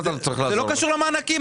זה לא קשור למענקים.